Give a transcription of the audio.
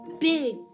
big